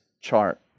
chart